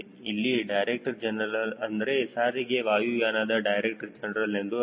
ಇಲ್ಲಿ director general ಅಂದರೆ ಸಾರಿಗೆ ವಾಯುಯಾನದ ಡೈರೆಕ್ಟರ್ ಜನರಲ್ ಎಂದು ಅರ್ಥ